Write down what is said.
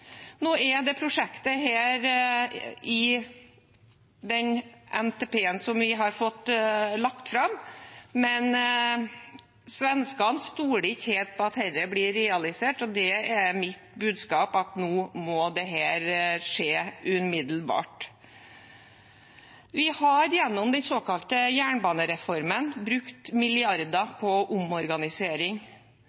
Nå er dette prosjektet med i den NTP-en som er blitt lagt fram, men svenskene stoler ikke helt på at dette blir realisert, og mitt budskap er at nå må dette skje umiddelbart. Vi har gjennom den såkalte jernbanereformen brukt milliarder